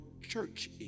church